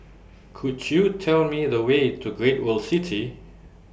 Could YOU Tell Me The Way to Great World City